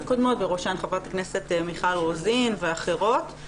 קודמות ובראשן חברת הכנסת מיכל רוזין ואחרות.